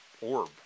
orb